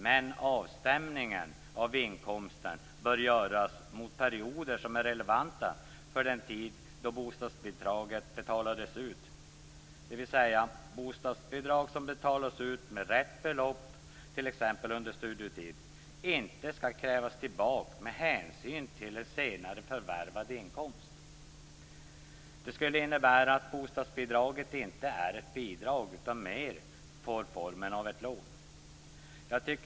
Men avstämningen av inkomsten bör göras mot perioder som är relevanta för den tid då bostadsbidraget betalats ut, dvs. bostadsbidrag som betalats ut med rätt belopp, t.ex. under studietid, skall inte krävas tillbaka med hänsyn till en senare förvärvad inkomst. Det innebär att bostadsbidraget inte är ett bidrag utan mer får formen av ett lån.